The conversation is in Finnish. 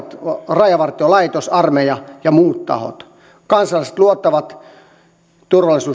rajavartiolaitos armeija ja muut tahot kansalaiset luottavat